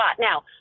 Now